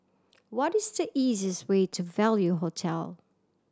what is the easiest way to Value Hotel